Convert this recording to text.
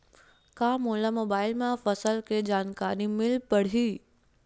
का मोला मोबाइल म फसल के जानकारी मिल पढ़ही?